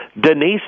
Denise